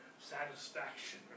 satisfaction